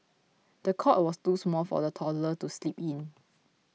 the cot was too small for the toddler to sleep in